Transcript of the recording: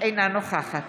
אינה נוכחת